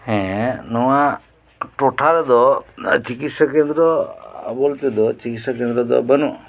ᱦᱮᱸ ᱱᱚᱣᱟ ᱴᱚᱴᱷᱟ ᱨᱮᱫᱚ ᱪᱤᱠᱤᱥᱟ ᱠᱮᱱᱫᱨᱚ ᱵᱚᱞᱛᱮ ᱫᱚ ᱪᱤᱠᱤᱥᱟ ᱠᱮᱱᱫᱨᱚ ᱫᱚ ᱵᱟᱹᱱᱩᱜᱼᱟ